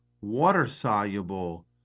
water-soluble